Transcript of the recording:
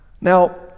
Now